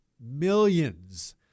millions